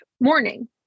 morning